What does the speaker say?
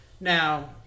Now